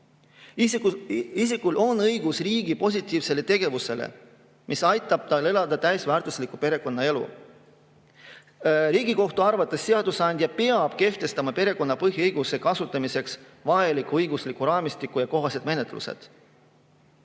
Isikul on õigus riigi positiivsele tegevusele, mis aitab tal elada täisväärtuslikku perekonnaelu. Riigikohtu arvates seadusandja peab kehtestama perekonna põhiõiguse kasutamiseks vajaliku õigusliku raamistiku ja kohased menetlused.